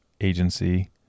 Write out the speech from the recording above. agency